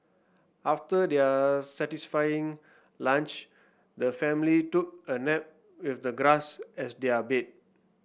after their satisfying lunch the family took a nap with the grass as their bed